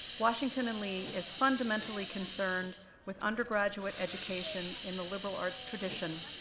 washington and lee is fundamentally concerned with undergraduate education in the liberal arts tradition,